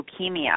leukemia